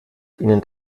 ihnen